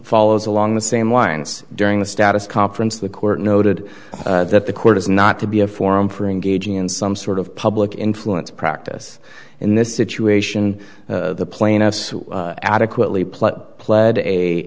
follows along the same lines during the status conference the court noted that the court is not to be a forum for engaging in some sort of public influence practice in this situation the plaintiffs adequately pled pled